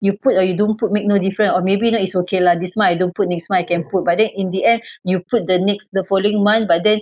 you put or you don't put make no different or maybe now it's okay lah this month I don't put next month I can put but then in the end you put the next the following month but then